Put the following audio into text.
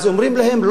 אומרים להם,